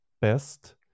best